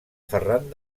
ferran